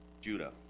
Judah